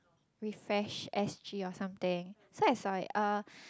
Refash-S_G or something so I saw it uh